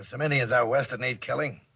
some indians out west that need killing.